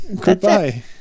Goodbye